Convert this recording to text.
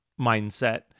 mindset